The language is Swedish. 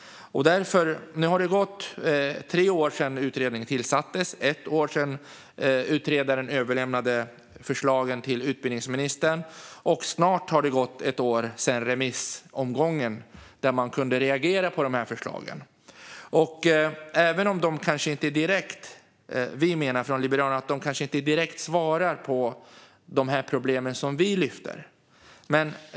Det är tre år sedan utredningen tillsattes. Det har gått ett år sedan utredaren överlämnade förslagen till utbildningsministern, och snart har det gått ett år sedan remissrundan där man kunde reagera på förslagen. Vi i Liberalerna menar att de inte direkt svarar på de problem som vi tar upp.